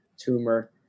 tumor